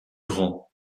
grand